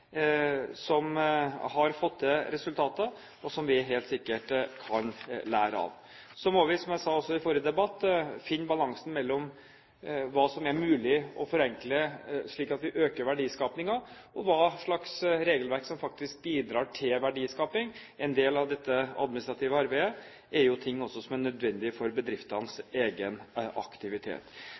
som har fått til resultater, og som vi helt sikkert kan lære av. Så må vi – som jeg også sa i forrige debatt – finne balansen mellom hva som er mulig å forenkle slik at vi øker verdiskapingen, og hva slags regelverk som faktisk bidrar til verdiskaping. En del av dette administrative arbeidet er jo ting som også er nødvendig for bedriftenes egen aktivitet.